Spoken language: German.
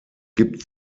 gibt